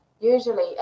usually